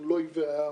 אנחנו לא אויבי העם,